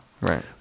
Right